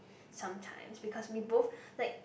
sometimes because we both like